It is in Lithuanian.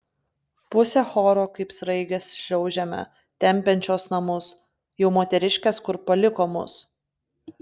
pusė choro kaip sraigės šliaužiame tempiančios namus jau moteriškės kur paliko mus